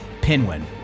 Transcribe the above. Pinwin